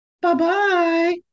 bye-bye